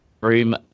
Room